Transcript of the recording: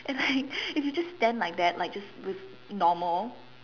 and like if you just stand like that like just normal